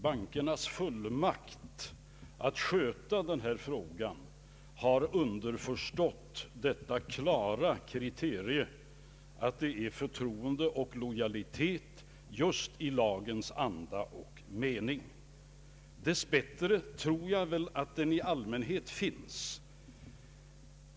Bankernas fullmakt att sköta denna fråga har underförstått detta klara kriterium att det är förtroende och lojalitet just i lagens anda och mening. Dess bättre tror jag att det i allmänhet finns.